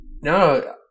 No